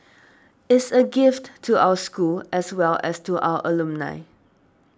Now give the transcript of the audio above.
is a gift to our school as well as to our alumni